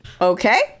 Okay